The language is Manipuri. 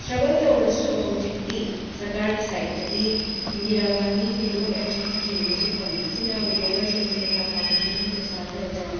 ꯁ꯭ꯇ꯭ꯔꯒꯜ ꯇꯧꯔꯁꯨ ꯍꯧꯖꯤꯛꯇꯤ ꯁꯔꯀꯥꯔꯒꯤ ꯁꯥꯏꯠꯇꯒꯤ Indira Gandhi widow pension scheme ꯑꯃꯁꯨ ꯐꯪꯏ ꯁꯤꯅ ꯋꯤꯗꯣꯋꯔꯁꯤꯡꯁꯦ ꯊꯥ ꯊꯥ ꯈꯨꯗꯤꯡꯒꯤ ꯄꯩꯁꯥ ꯈꯒ ꯆꯪꯂꯛꯄ